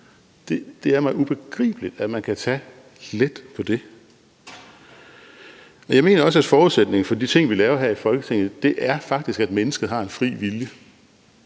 Det er mig ubegribeligt, at man kan tage let på det. Jeg mener også, at forudsætningen for de ting, vi laver her i Folketinget, faktisk er, at mennesket har en fri vilje.